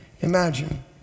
Imagine